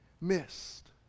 missed